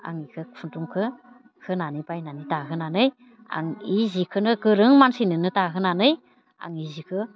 आं बेखौ खुन्दुंखौ होनानै बायनानै दाहोनानै आं बे जिखौनो गोरों मानसिनोनो दाहोनानै आंनि जिखौ